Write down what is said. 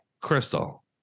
crystal